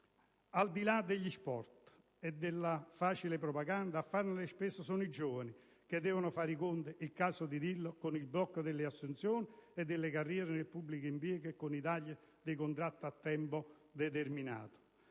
Al di là degli spot e della facile propaganda, a farne le spese sono i giovani, che devono fare i conti - è il caso di dirlo - con il blocco delle assunzioni e delle carriere nel pubblico impiego e con i tagli dei contratti a tempo determinato.